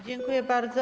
Dziękuję bardzo.